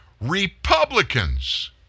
Republicans